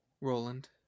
Roland